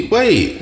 Wait